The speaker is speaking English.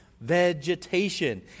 vegetation